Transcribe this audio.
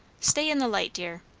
stay in the light, dear.